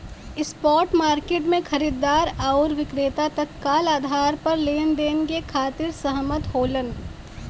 spot market में खरीदार आउर विक्रेता तत्काल आधार पर लेनदेन के खातिर सहमत होलन